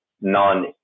non